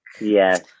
yes